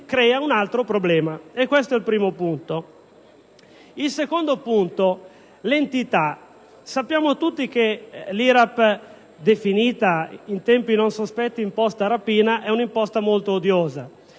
crea un altro problema, e questo è il primo punto. Il secondo punto riguarda l'entità. Sappiamo tutti che l'IRAP, definita in tempi non sospetti «imposta rapina», è una tassa molto odiosa.